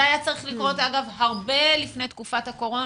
זה היה צריך לקרות הרבה לפני תקופת הקורונה.